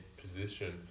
position